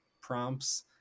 prompts